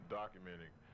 documenting